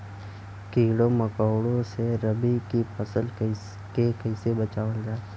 कीड़ों मकोड़ों से रबी की फसल के कइसे बचावल जा?